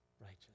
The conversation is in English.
righteous